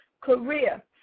career